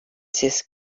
siz